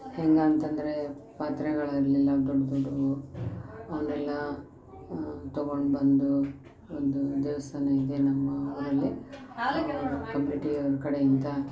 ಹೇಗೆ ಅಂತಂದರೆ ಪಾತ್ರೆಗಳಿರಲಿಲ್ಲ ದೊಡ್ಡ ದೊಡ್ಡವು ಅವ್ನೆಲ್ಲಾ ತೊಗೊಂಡು ಬಂದು ಒಂದು ದೇವಸ್ಥಾನ ಇದೆ ನಮ್ಮ ಊರಲ್ಲಿ ಅವರು ಕಮಿಟಿ ಅವ್ರ ಕಡೆಯಿಂದ